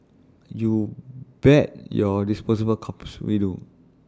you bet your disposable cups we do